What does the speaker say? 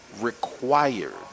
required